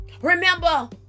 Remember